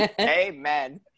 Amen